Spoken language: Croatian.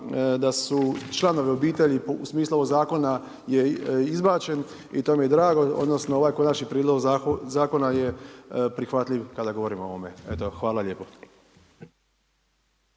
da su članovi obitelji u smislu ovog zakona je izbačen i to mi je drago odnosno ovaj ovaj Konačni prijedlog zakona je prihvatljiv kada govorimo o ovome. Eto hvala lijepo.